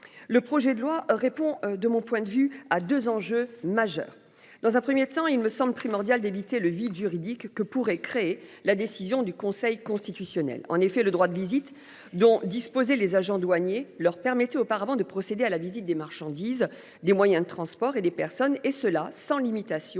Le projet de loi répond de mon point de vue à 2 enjeux majeurs dans un 1er temps, il me semble primordial d'éviter le vide juridique que pourrait créer la décision du Conseil constitutionnel en effet le droit de visite dont disposaient les agents douaniers leur permettait auparavant de procéder à la visite des marchandises, des moyens de transport et des personnes, et cela sans limitation